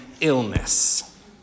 illness